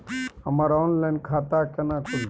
हमर ऑनलाइन खाता केना खुलते?